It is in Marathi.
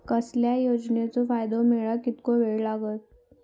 कसल्याय योजनेचो फायदो मेळाक कितको वेळ लागत?